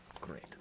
Great